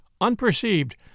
unperceived